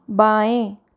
बाएँ